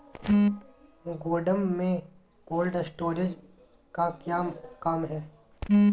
गोडम में cold storage का क्या काम है?